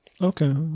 Okay